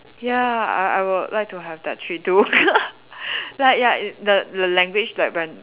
ya I I would like have that skill too like ya the the language like when